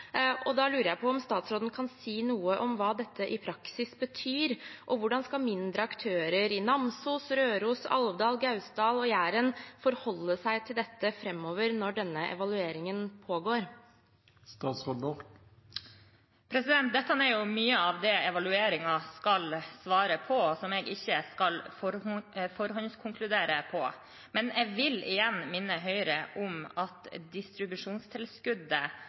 Da lurer jeg på om statsråden kan si noe om hva dette i praksis betyr. Hvordan skal mindre aktører i Namsos, på Røros, i Alvdal, i Gausdal og på Jæren forholde seg til dette framover, når denne evalueringen pågår? Dette er mye av det evalueringen skal svare på, og hvor jeg ikke skal forhåndskonkludere. Jeg vil igjen minne Høyre om at distribusjonstilskuddet